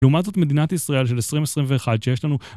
לעומת זאת מדינת ישראל של 2021 שיש לנו